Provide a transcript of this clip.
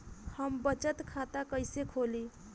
हम बचत खाता कइसे खोलीं?